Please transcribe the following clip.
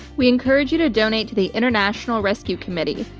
we encourage you to donate to the international rescue committee,